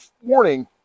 warning